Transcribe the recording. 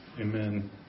Amen